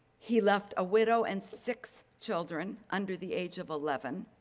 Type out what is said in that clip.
he left a widow and six children under the age of eleven.